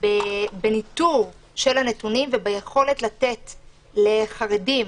בניטור של הנתונים וביכולת לתת לחרדים